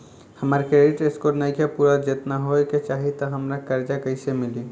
हमार credit score नईखे पूरत जेतना होए के चाही त हमरा कर्जा कैसे मिली?